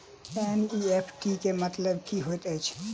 NEFT केँ मतलब की होइत अछि?